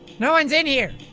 no one's in here.